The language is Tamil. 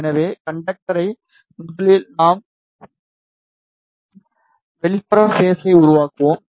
எனவே கண்டக்டரை முதலில் செய்ய நாம் வெளிப்புறக் பேஸை உருவாக்குவோம்